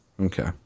Okay